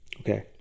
Okay